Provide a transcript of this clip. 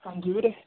ਹਾਂਜੀ ਵੀਰੇ